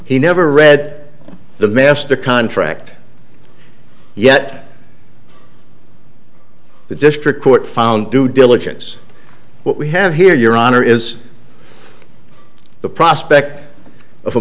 he never read the mr contract yet the district court found due diligence what we have here your honor is the prospect of a